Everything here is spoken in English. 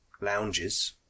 lounges